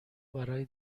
برای